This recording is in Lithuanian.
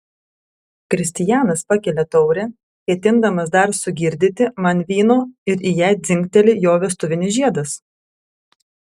kristijanas pakelia taurę ketindamas dar sugirdyti man vyno ir į ją dzingteli jo vestuvinis žiedas